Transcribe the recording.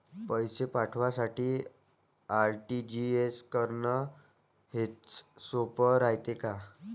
पैसे पाठवासाठी आर.टी.जी.एस करन हेच सोप रायते का?